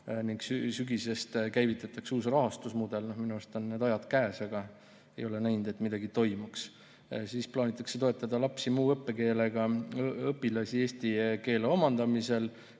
ning sügisest käivitatakse uus rahastusmudel. Minu arust on need ajad käes, aga ei ole näinud, et midagi toimuks. Plaanitakse toetada muu õppekeelega õpilasi eesti keele omandamisel,